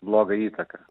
blogą įtaką